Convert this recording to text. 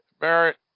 Barrett